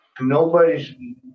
Nobody's